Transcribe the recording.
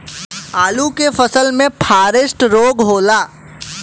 आलू के फसल मे फारेस्ट रोग होला?